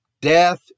death